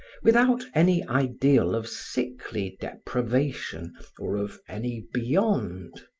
without any ideal of sickly depravation or of any beyond.